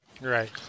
Right